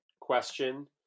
question